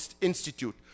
institute